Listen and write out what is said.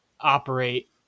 operate